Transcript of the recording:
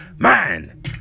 Man